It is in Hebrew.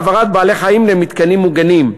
השונות וכן בהעברת בעלי-חיים למתקנים מוגנים,